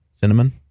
Cinnamon